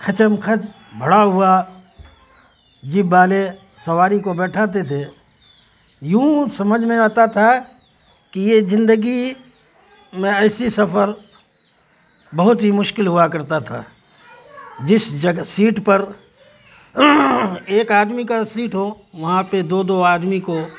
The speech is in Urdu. کھچم کھچ بھرا ہوا جیپ والے سواری کو بیٹھاتے تھے یوں سمجھ میں آتا تھا کہ یہ زندگی میں ایسی سفر بہت ہی مشکل ہوا کرتا تھا جس جگہ سیٹ پر ایک آدمی کا سیٹ ہو وہاں پہ دو دو آدمی کو